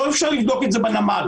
אי אפשר לבדוק את זה בנמל.